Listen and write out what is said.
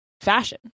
fashion